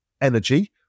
energy